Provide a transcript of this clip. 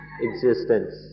existence